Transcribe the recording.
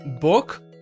book